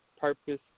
Purpose